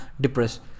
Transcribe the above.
depressed